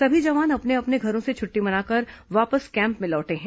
सभी जवान अपने अपने घरों से छुट्टी मनाकर वापस कैम्प में लौटे हैं